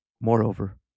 Moreover